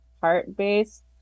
heart-based